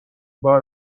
بار